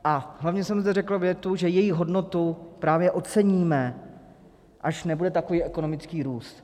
A hlavně jsem zde řekl větu, že jejich hodnotu právě oceníme, až nebude takový ekonomický růst.